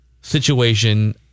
situation